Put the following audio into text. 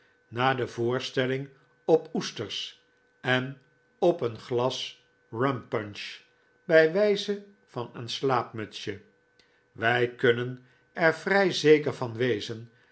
na de voorstelling op oesters en op een glas rumpunch bij wijze van een slaapmutsje wij kunnen er vrij zeker van wezen